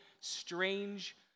strange